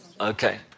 Okay